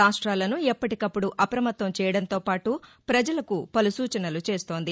రాష్ట్రాలను ఎప్పటీకప్పుడు అప్రమత్తం చేయడంతో పాటు ప్రజలకు పలు సూచనలు చేస్తోంది